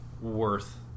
Worth